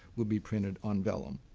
would be printed on vellum.